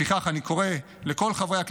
לפיכך, אני קורא לכל חברי הכנסת,